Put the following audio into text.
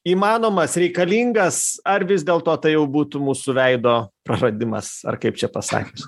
įmanomas reikalingas ar vis dėlto tai jau būtų mūsų veido praradimas ar kaip čia pasakius